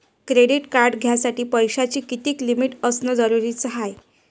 Credit card घ्यासाठी पैशाची कितीक लिमिट असनं जरुरीच हाय?